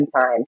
time